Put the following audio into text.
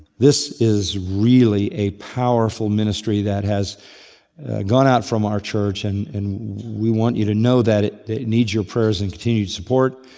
this is really a powerful ministry that has gone out from our church and and we want you to know that it needs your prayer and continued support